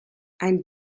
ein